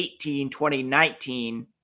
2018-2019